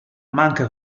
manca